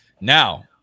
Now